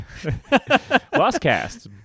LostCast